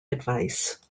advice